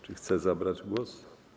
Czy chce zabrać głos?